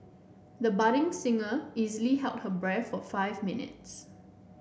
the budding singer easily held her breath for five minutes